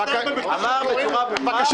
הוא מעיר על מה שהיא אומרת.